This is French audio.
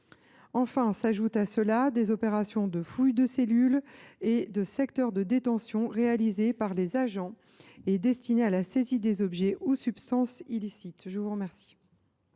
S’y ajoutent, enfin, des opérations de fouille de cellules et de secteurs de détention réalisées par les agents, destinées à la saisie des objets ou substances illicites. La parole